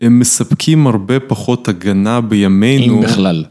הם מספקים הרבה פחות הגנה בימינו בכלל.